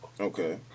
Okay